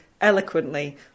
eloquently